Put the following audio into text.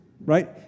right